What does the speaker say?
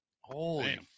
Holy